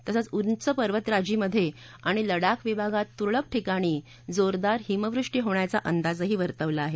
तसंच उंच पर्वतराजीमध्ये आणि लडाख विभागात तुरळक ठिकाणी जोरदार हिमवृष्टी होण्याचा अंदाजही वर्तवला आहे